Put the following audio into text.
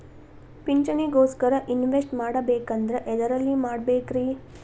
ಪಿಂಚಣಿ ಗೋಸ್ಕರ ಇನ್ವೆಸ್ಟ್ ಮಾಡಬೇಕಂದ್ರ ಎದರಲ್ಲಿ ಮಾಡ್ಬೇಕ್ರಿ?